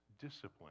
discipline